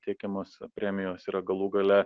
teikiamos premijos yra galų gale